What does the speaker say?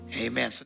Amen